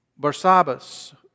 Barsabbas